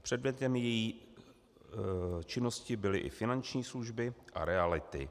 Předmětem její činnosti byly i finanční služby a reality.